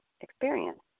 experience